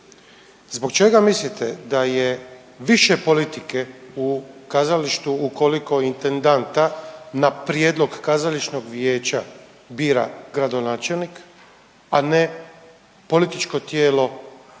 Zbog čega mislite da j e više politike u kazalištu ukoliko intendanta na prijedlog kazališnog vijeća bira gradonačelnik, a ne političko tijelo gradsko